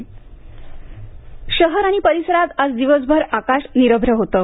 हवामान शहर आणि परिसरात आज दिवसभर आकाश निरभ्र होतं